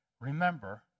Remember